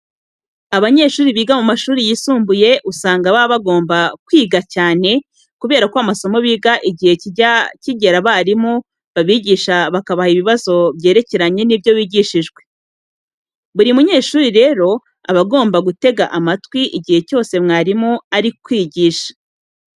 Abanyeshuri biga mu mashuri yisumbuye, usanga baba bagomba kwiga cyane kubera ko amasomo biga igihe kijya kigera abarimu babigisha bakabaha ibibazo byerekeranye n'ibyo bigishijweho. Buri munyeshuri rero, aba agomba gutega amatwi igihe cyose mwarimu ari kwigisha.